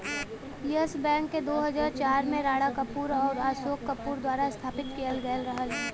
yes bank के दू हज़ार चार में राणा कपूर आउर अशोक कपूर द्वारा स्थापित किहल गयल रहल